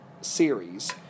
series